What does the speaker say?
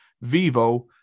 Vivo